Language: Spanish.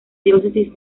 diócesis